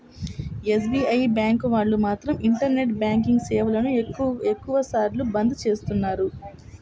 SBI bank వాళ్ళు మాత్రం internet banking సేవలను ఎక్కువ సార్లు బంద్ చేస్తున్నారు